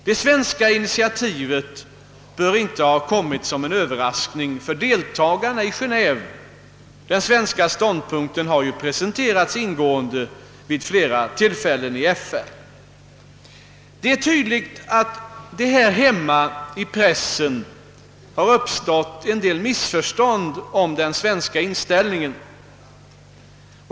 Det svenska initiativet bör inte ha kommit som en överraskning för deltagarna i Geneve — den svenska ståndpunkten har ju klargjorts ingående vid flera tillfällen i FN. Det är tydligt att det i pressen här hemma har uppstått en del missförstånd om den svenska inställningen.